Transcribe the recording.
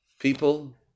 People